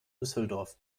düsseldorf